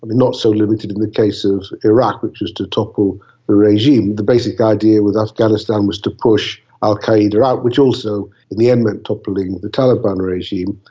not so limited in the case of iraq which was to topple the regime, the basic idea with afghanistan was to push al qaeda out, which also in the end meant toppling the taliban regime.